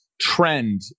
trend